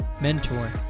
mentor